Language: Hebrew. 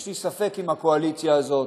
יש לי ספק אם הקואליציה הזאת